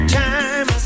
time